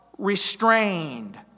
restrained